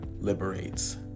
liberates